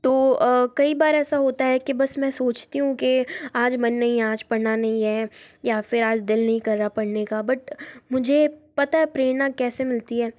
तो कई बार ऐसा होता है कि बस मैं सोचती हूँ कि आज मन नहीं आज पढ़ना नहीं है या फिर आज दिल नहीं कर पढ़ने का बट मुझे पता है प्रेरणा कैसे मिलती है